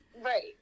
right